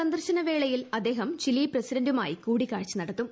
സന്ദർശന വേളയിൽ അദ്ദേഹം ചിലി പ്രസി ഡന്റുമായി കൂടിക്കാഴ്ച നടത്തും